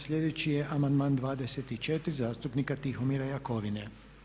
Sljedeći je amandman 24. zastupnika Tihomira Jakovine.